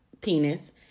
Penis